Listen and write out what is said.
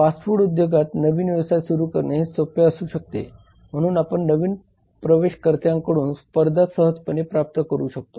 fast food उद्योगात नवीन व्यवसाय सुरू करणे सोपे असू शकते म्हणून आपण नवीन प्रवेशकर्त्यांकडून स्पर्धा सहजपणे प्राप्त करू शकतो